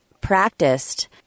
practiced